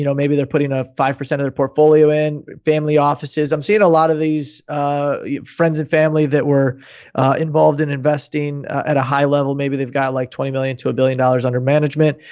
you know maybe they're putting a five percent of the portfolio in family offices. i'm seeing a lot of these friends and family that were involved in investing at a high level. maybe they've got like twenty million to a billion dollars under management,